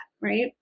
right